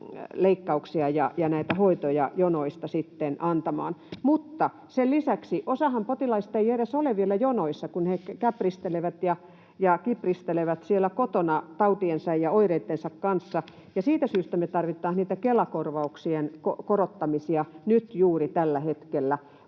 leikkauksia ja näitä hoitoja jonoista sitten antamaan. Mutta sen lisäksi osa potilaistahan ei edes ole vielä jonoissa, kun he käpristelevät ja kipristelevät siellä kotona tautiensa ja oireittensa kanssa, ja siitä syystä me tarvitaan niitä Kela-korvauksien korottamisia nyt juuri tällä hetkellä,